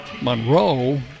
Monroe